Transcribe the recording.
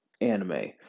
anime